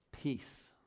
Peace